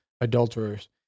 Adulterers